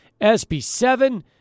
SB7